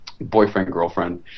boyfriend-girlfriend